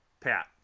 Pat